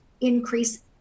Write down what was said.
increase